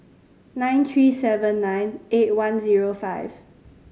nine three seven nine eight one zero five